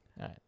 right